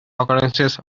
occurrences